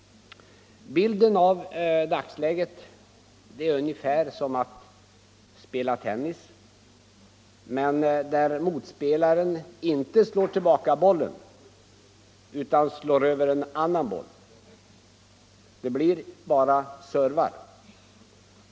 Bilden av dagsläget är ungefär densamma som när man spelar tennis men motspelaren inte slår tillbaka bollen utan slår över en annan boll. Det blir bara servar.